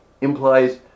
implies